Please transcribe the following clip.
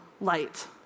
light